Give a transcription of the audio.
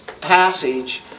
passage